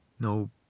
no